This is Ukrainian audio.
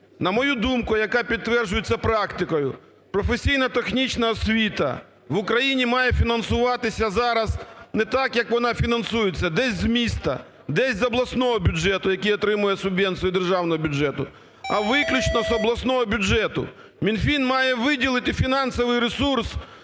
На мою думку, яка підтверджується практикою, професійно-технічна освіта в Україні має фінансуватися зараз не так, як вона фінансується: десь з міста, десь з обласного бюджету, який отримує субвенцію державного бюджету, а виключно з обласного бюджету. Мінфін має виділити фінансовий ресурс,